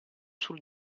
sul